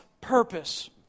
purpose